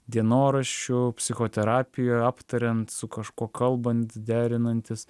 dienoraščiu psichoterapijoj aptariant su kažkuo kalbant derinantis